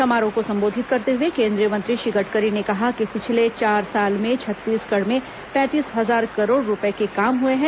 समारोह को संबोधित करते हुए केंद्रीय मंत्री श्री गडकरी ने कहा कि पिछले चार साल में छत्तीसगढ़ में पैंतीस हजार करोड़ रूपये के काम हुए हैं